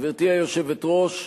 גברתי היושבת-ראש,